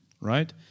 right